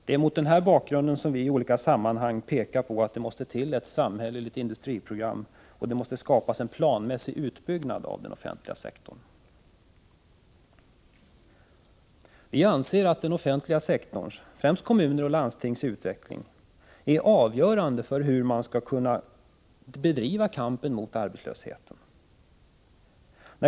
— Det är mot den här bakgrunden som vi i olika sammanhang pekar på att det måste till ett samhälleligt industriprogram och det måste skapas en planmässig utbyggnad av den offentliga sektorn. Vi anser att den offentliga sektorns, främst kommuners och landstings utveckling, är avgörande för hur man skall kunna bedriva kampen mot arbetslösheten.